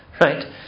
Right